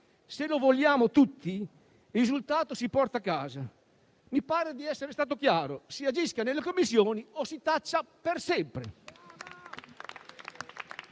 Se lo vogliamo tutti, il risultato si porta a casa. Mi pare di essere stato chiaro: si agisca nelle Commissioni o si taccia per sempre!